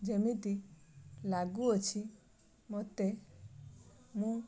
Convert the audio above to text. ଯେମିତି ଲାଗୁଅଛି ମୋତେ ମୁଁ